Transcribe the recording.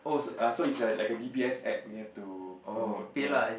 uh so it's like a d_b_s App you have to promote